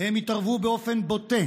הם התערבו באופן בוטה